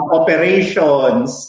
operations